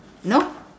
no